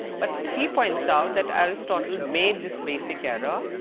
but he points out that aristotle made this basic error,